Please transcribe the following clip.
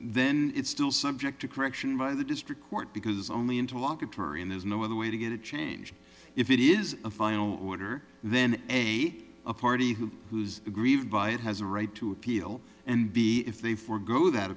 then it's still subject to correction by the district court because it's only into law kotori and there's no other way to get it changed if it is a final order then a party who who's aggrieved by it has a right to appeal and b if they forego that